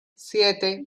siete